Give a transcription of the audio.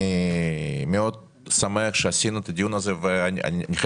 אני מאוד שמח שעשינו את הדיון הזה ואני חייב